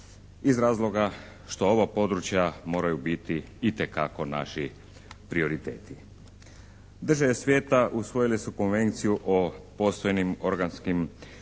iz razloga što ova područja moraju biti itekako naši prioriteti. Države svijeta usvojile su konvenciju o postojanim onečišćujućim